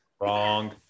Wrong